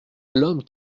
l’homme